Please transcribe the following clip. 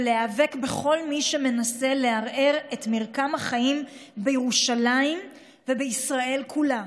ולהיאבק בכל מי שמנסה לערער את מרקם החיים בירושלים ובישראל כולה.